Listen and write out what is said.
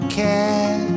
care